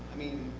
i mean,